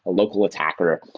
ah local attacker,